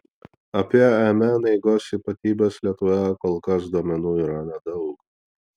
apie mn eigos ypatybes lietuvoje kol kas duomenų yra nedaug